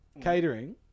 catering